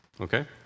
okay